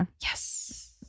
Yes